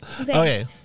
Okay